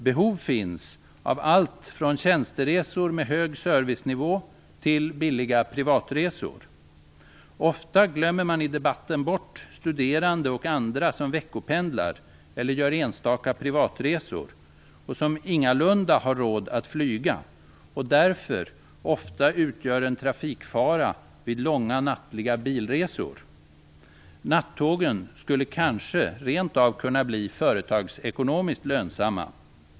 Behov finns av allt från tjänsteresor med hög servicenivå till billiga privatresor. Ofta glömmer man i debatten bort studerande och andra som veckopendlar eller gör enstaka privatresor och som ingalunda har råd att flyga. Dessa utgör ofta en trafikfara vid långa nattliga bilresor. Nattågen skulle kanske rent av kunna bli företagsekonomiskt lönsamma.